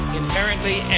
inherently